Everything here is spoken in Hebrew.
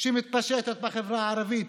שמתפשטת בחברה הערבית,